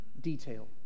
detail